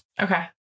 okay